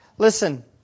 Listen